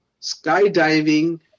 skydiving